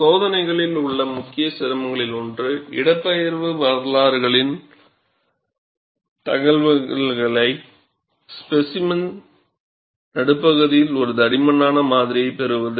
சோதனைகளில் உள்ள முக்கிய சிரமங்களில் ஒன்று இடப்பெயர்வு வரலாறுகளின் தகவல்களை ஸ்பெசிமெனின் நடுப்பகுதியில் ஒரு தடிமனான மாதிரியில் பெறுவது